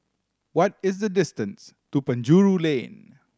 what is the distance to Penjuru Lane